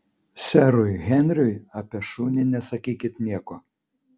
serui henriui apie šunį nesakykit nieko